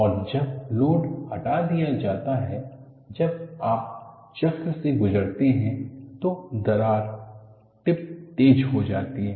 और जब लोड हटा दिया जाता है जब आप चक्र से गुजरते हैं तो दरार टिप तेज हो जाती है